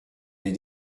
les